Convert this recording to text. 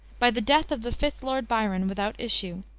by the death of the fifth lord byron without issue,